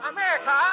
America